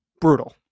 brutal